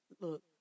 look